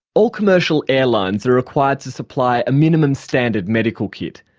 all commercial airlines are required to supply a minimum standard medical kit.